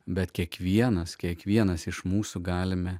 bet kiekvienas kiekvienas iš mūsų galime